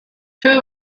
two